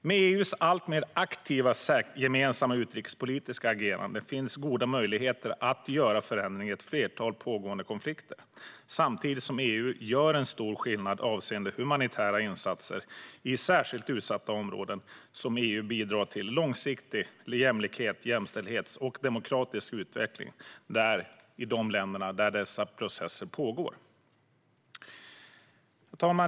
Med EU:s alltmer aktiva gemensamma utrikespolitiska agerande finns goda möjligheter att göra förändringar i ett flertal pågående konflikter samtidigt som EU gör en stor skillnad med humanitära insatser i särskilt utsatta områden. EU bidrar till långsiktig jämlikhet och jämställdhet och till demokratisk utveckling i de länder där dessa processer pågår. Herr talman!